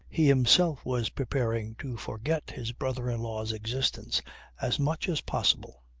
he himself was preparing to forget his brother-in-law's existence as much as possible.